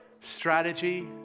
Strategy